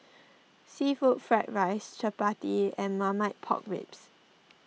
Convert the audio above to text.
Seafood Fried Rice Chappati and Marmite Pork Ribs